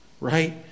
Right